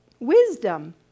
Wisdom